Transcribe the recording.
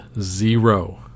Zero